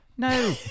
No